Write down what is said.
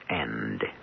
end